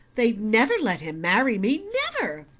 they'd never let him marry me never!